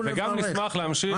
אנחנו נברך.